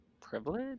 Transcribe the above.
Privilege